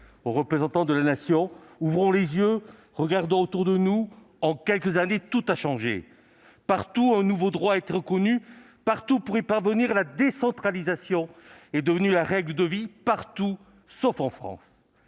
aux représentants de la Nation :« ouvrons les yeux, regardons autour de nous. En quelques années, tout a changé [...]. Partout, un nouveau droit a été reconnu. Partout, pour y parvenir, la décentralisation est devenue la règle de vie ; partout, sauf en France.